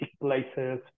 places